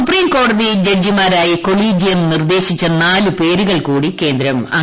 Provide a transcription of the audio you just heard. സൂപ്രീംകോടതി ജഡ്ജിമാരായി കൊളീജിയം നിർദ്ദേശിച്ചു നാലൂപേരുകൾ കൂടി കേന്ദ്രം അംഗീകരിച്ചു